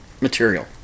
material